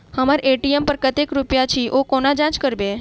हम्मर ए.टी.एम पर कतेक रुपया अछि, ओ कोना जाँच करबै?